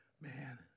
Man